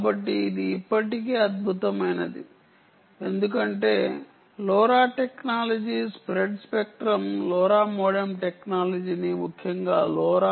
కాబట్టి ఇది ఇప్పటికే అద్భుతమైనది ఎందుకంటే LoRa technology spread spectrum LoRa modem టెక్నాలజీని ముఖ్యంగా లోరా